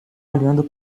olhando